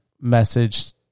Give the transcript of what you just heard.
message